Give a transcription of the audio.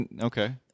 Okay